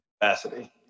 capacity